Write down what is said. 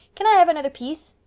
can i have another piece?